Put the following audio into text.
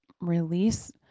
release